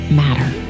matter